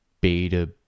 beta